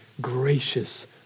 gracious